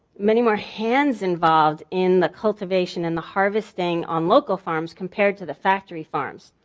many more hands involved in the cultivation and the harvesting on local farms compared to the factory farms.